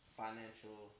financial